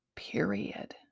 Period